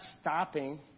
stopping